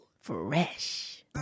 Fresh